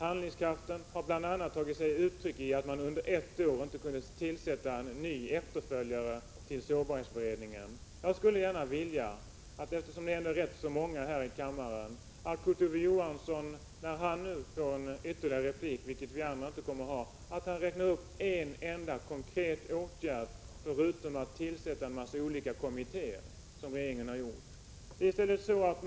Handlingskraften har bl.a. tagit sig uttryck i att man under ett år inte kunnat tillsätta en efterföljare till sårbarhetsberedningen. Jag skulle gärna vilja — eftersom det ändå är rätt så många här i kammaren — att Kurt Ove Johansson, när han nu får en ytterligare replik, vilket vi andra inte kommer att få, räknar upp en enda konkret åtgärd som regeringen har vidtagit förutom tillsättandet av en massa olika kommittéer.